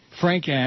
Frank